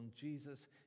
Jesus